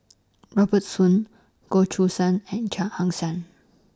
Robert Soon Goh Choo San and Chia Ann Siang